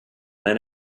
then